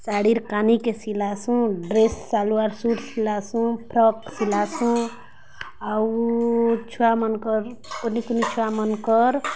ଶାଢ଼ୀର୍ କାନିକେ ସିଲାସୁଁ dress salwar suit ସିଲାସୁଁ ଫ୍ରକ୍ ସିଲାସୁଁ ଆଉ ଛୁଆ ମାନଙ୍କର କୁନି କୁନି ଛୁଆମାନଙ୍କ